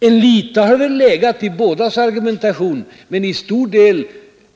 Litet har det legat i bådas argumentation, men till stor del